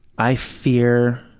i fear